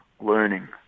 learning